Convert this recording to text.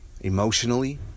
emotionally